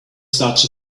such